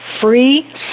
free